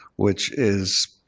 which is